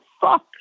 fuck